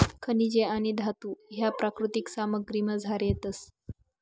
खनिजे आणि धातू ह्या प्राकृतिक सामग्रीमझार येतस